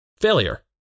failure